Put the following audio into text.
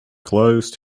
closed